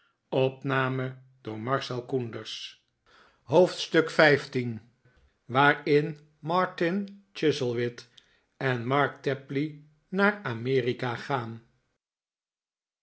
xv waarin martin chuzzlewit en mark tapley naar amerika gaan